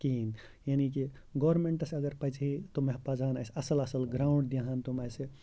کِہیٖنۍ یعنی کہِ گورمینٛٹَس اگر پَزِ ہے تِم پَزٕہَن اَسہِ اَصٕل اَصٕل گرٛاوُنٛڈ دِہَن تِم اَسہِ